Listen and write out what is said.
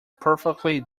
perfectly